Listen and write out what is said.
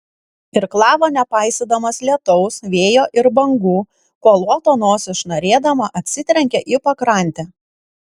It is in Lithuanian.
irklavo nepaisydamas lietaus vėjo ir bangų kol luoto nosis šnarėdama atsitrenkė į pakrantę